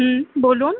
হুম বলুন